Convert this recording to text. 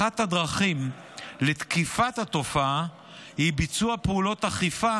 אחת הדרכים לתקיפת התופעה היא ביצוע פעולות אכיפה